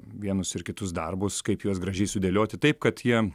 vienus ir kitus darbus kaip juos gražiai sudėlioti taip kad jie